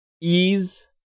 ease